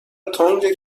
تنگ